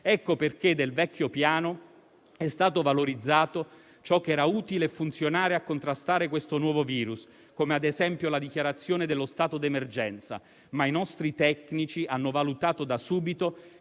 Ecco perché del vecchio Piano è stato valorizzato ciò che era utile e funzionale a contrastare questo nuovo virus, come, ad esempio, la dichiarazione dello stato di emergenza. I nostri tecnici, però, hanno valutato da subito